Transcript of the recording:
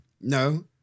No